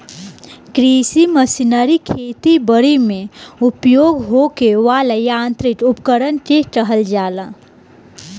कृषि मशीनरी खेती बरी में उपयोग होखे वाला यांत्रिक उपकरण के कहल जाला